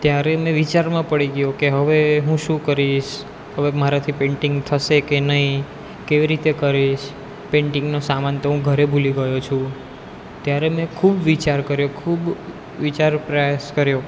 ત્યારે મેં વિચારમાં પડી ગયો કે હવે હું શું કરીશ હવે મારાથી પેંટિંગ થશે કે નહીં કેવી રીતે કરીશ પેંટિંગનો સામાન તો હું ઘરે ભૂલી ગયો છું ત્યારે મેં ખૂબ વિચાર કર્યો ખૂબ વિચાર પ્રયાસ કર્યો